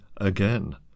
again